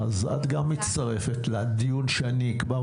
אז את גם מצטרפת לדיון שאני אקבע.